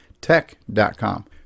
tech.com